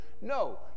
No